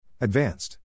Advanced